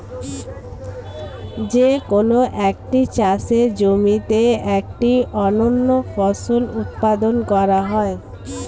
যে কোন একটি চাষের জমিতে একটি অনন্য ফসল উৎপাদন করা হয়